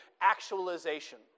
actualization